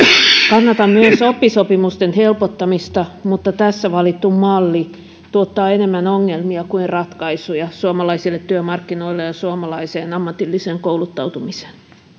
kannatan myös oppisopimusten helpottamista mutta tässä valittu malli tuottaa enemmän ongelmia kuin ratkaisuja suomalaisille työmarkkinoille ja suomalaiseen ammatilliseen kouluttautumiseen